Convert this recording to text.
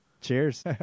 Cheers